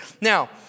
Now